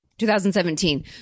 2017